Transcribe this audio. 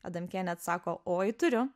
adamkienė atsako oi turiu